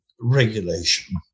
regulation